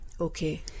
Okay